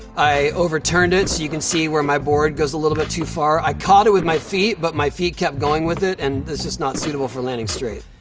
i overturned it so you can see where my board goes a little bit too far. i caught it with my feet, but my feet kept going with it, and it's just not suitable for landing straight.